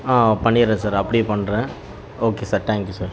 ஆ பண்ணிவிட்றேன் சார் அப்படியே பண்ணுறேன் okay sir thank you sir